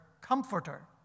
comforter